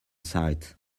sight